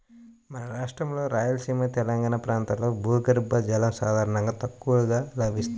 మన రాష్ట్రంలోని రాయలసీమ, తెలంగాణా ప్రాంతాల్లో భూగర్భ జలం సాధారణంగా తక్కువగా లభిస్తుంది